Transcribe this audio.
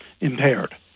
impaired